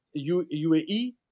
UAE